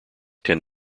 tend